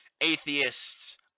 atheists